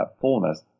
fullness